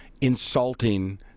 insulting